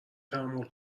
تحمل